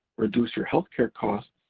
reduce your healthcare costs,